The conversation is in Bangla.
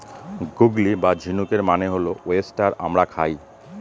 গুগলি বা ঝিনুকের মানে হল ওয়েস্টার আমরা খাই